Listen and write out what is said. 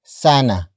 sana